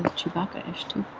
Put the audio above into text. chewbeccaish too.